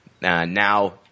now